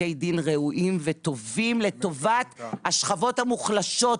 פסקי דין ראויים וטובים לטובת השכבות המוחלשות,